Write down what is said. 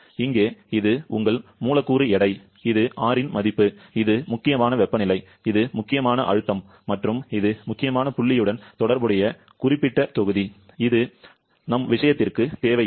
இங்கே இது உங்கள் மூலக்கூறு எடை இது R இன் மதிப்பு இது முக்கியமான வெப்பநிலை இது முக்கியமான அழுத்தம் மற்றும் இது முக்கியமான புள்ளியுடன் தொடர்புடைய குறிப்பிட்ட தொகுதி இது எங்கள் விஷயத்திற்கு தேவையில்லை